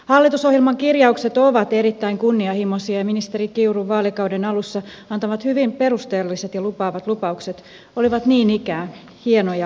hallitusohjelman kirjaukset ovat erittäin kunnianhimoisia ja ministeri kiurun vaalikauden alussa antamat hyvin perusteelliset ja lupaavat lupaukset olivat niin ikään hienoja avauksia